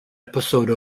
episode